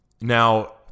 Now